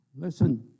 Listen